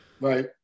Right